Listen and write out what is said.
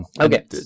Okay